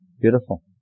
Beautiful